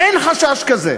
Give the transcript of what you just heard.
אין חשש כזה.